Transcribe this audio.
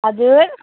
हजुर